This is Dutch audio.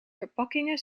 verpakkingen